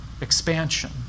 Expansion